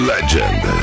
Legend